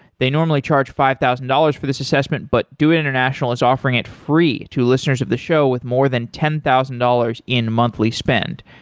they normally charge five thousand dollars for this assessment, but doit international is offering it free to listeners of the show with more than ten thousand dollars in monthly spend.